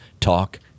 Talk